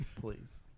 Please